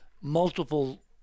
multiple